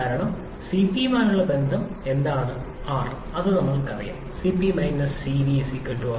കാരണം സിപിയുമായുള്ള ബന്ധം എന്താണ് R നമ്മൾക്ക് അത് അറിയാം Cp Cv R